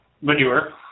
Manure